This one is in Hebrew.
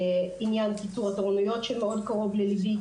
עניין קיצור התורניות, שמאוד קרוב לליבי.